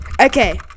Okay